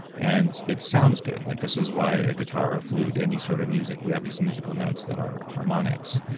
and it sounds good, like this is why a guitar or a flute, any sort of music we have these musical notes that are harmonics.